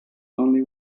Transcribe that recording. only